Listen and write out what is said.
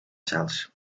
salts